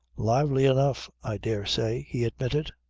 lively enough i dare say, he admitted.